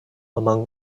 among